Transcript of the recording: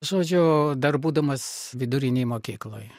žodžiu dar būdamas vidurinėj mokykloj